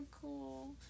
cool